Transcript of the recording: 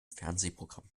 fernsehprogramm